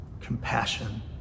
compassion